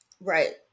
Right